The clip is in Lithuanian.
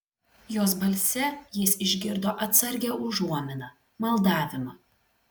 jos balse jis išgirdo atsargią užuominą maldavimą